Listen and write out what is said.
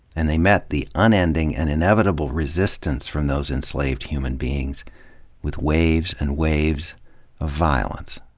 and they met the unending and inevitable resistance from those enslaved human beings with waves and waves of violence.